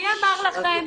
אמר לכם?